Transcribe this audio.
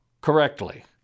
correctly